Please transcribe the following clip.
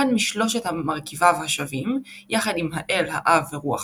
אחד משלושת מרכיביו השווים – יחד עם האל האב ורוח